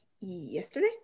yesterday